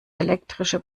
elektrische